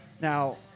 now –